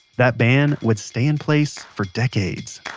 that ban would stay in place for decades